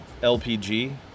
LPG